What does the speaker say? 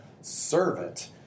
servant